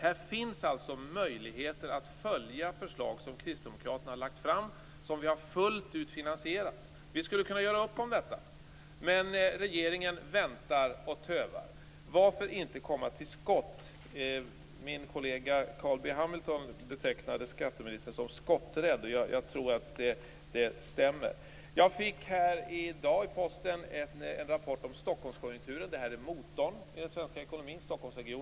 Här finns alltså möjligheter att följa förslag som kristdemokraterna har lagt fram och som vi fullt ut har finansierat. Vi skulle kunna göra upp om detta. Men regeringen väntar och tövar. Varför inte komma till skott? Min kollega, Carl B Hamilton betecknade skatteministern som skotträdd, och jag tror att det stämmer. Jag fick i dag i posten en rapport om Stockholmskonjunkturen. Stockholmsregionen är motorn i svensk ekonomi.